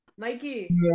Mikey